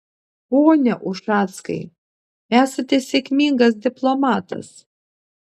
pone ušackai esate sėkmingas diplomatas